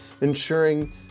ensuring